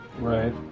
right